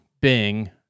bing